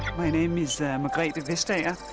my name is emma great avista,